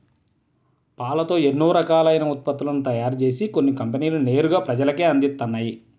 పాలతో ఎన్నో రకాలైన ఉత్పత్తులను తయారుజేసి కొన్ని కంపెనీలు నేరుగా ప్రజలకే అందిత్తన్నయ్